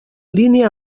línia